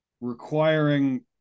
requiring